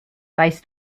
weißt